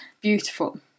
beautiful